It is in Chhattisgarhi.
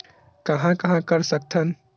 कहां कहां कर सकथन?